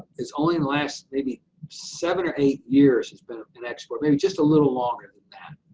is only in the last maybe seven or eight years, has been an exporter maybe just a little longer than that,